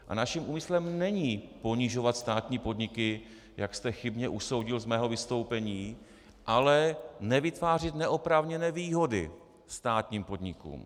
A naším úmyslem není ponižovat státní podniky, jak jste chybně usoudil z mého vystoupení, ale nevytvářet neoprávněné výhody státním podnikům.